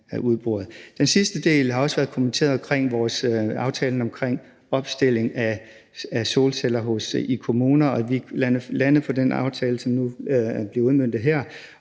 Den sidste del har også været kommenteret, og det er om aftalen om opstilling af solceller i kommuner, og vi er landet på den aftale, som nu er blevet udmøntet her,